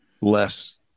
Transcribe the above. less